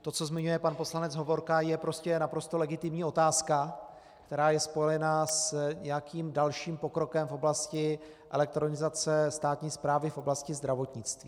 To, co zmiňuje pan poslanec Hovorka, je naprosto legitimní otázka, která je spojena s nějakým dalším pokrokem v oblasti elektronizace státní správy v oblasti zdravotnictví.